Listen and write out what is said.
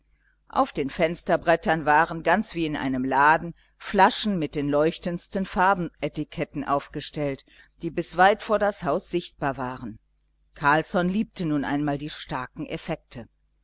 auf den fensterbrettern waren ganz wie in einem laden flaschen mit den leuchtendsten farbendrucketiketten aufgestellt die bis weit vor das haus sichtbar waren carlsson liebte nun einmal die starken effekte